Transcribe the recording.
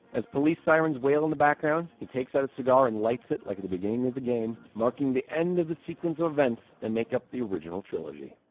as police sirens wail in the background, he takes out a cigar and lights it, like the beginning of the game, marking the end of the sequence of events that make up the original trilogy.